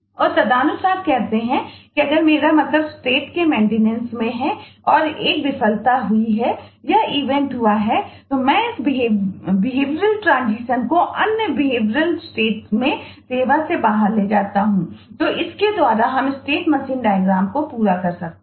और तदनुसार कहते हैं कि अगर मेरा मतलब स्टेट को पूरा कर सकते हैं